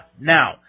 Now